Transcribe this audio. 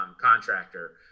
contractor